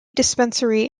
dispensary